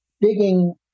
digging